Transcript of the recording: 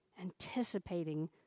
anticipating